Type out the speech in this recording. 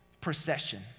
procession